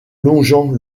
longeant